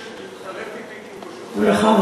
חבר הכנסת אטיאס ביקש ממני להתחלף אתו כי הוא פשוט חייב לרוץ.